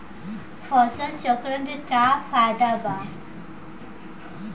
फसल चक्रण के फायदा का बा?